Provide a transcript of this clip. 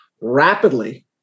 rapidly